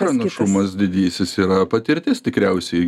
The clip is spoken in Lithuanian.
pranašumas didysis yra patirtis tikriausiai